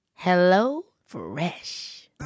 HelloFresh